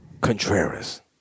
Contreras